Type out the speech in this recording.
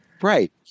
Right